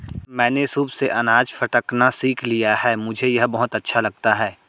मैंने सूप से अनाज फटकना सीख लिया है मुझे यह बहुत अच्छा लगता है